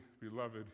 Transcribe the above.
beloved